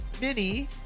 Minnie